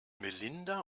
melinda